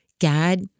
God